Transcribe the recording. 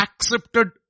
accepted